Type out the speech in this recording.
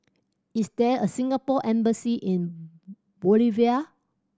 is there a Singapore Embassy in Bolivia